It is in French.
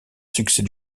succès